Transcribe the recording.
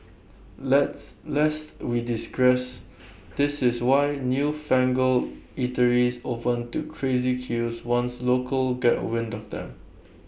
let's lest we digress this is why newfangled eateries open to crazy queues once locals get wind of them